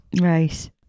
Right